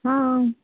हां